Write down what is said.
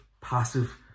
passive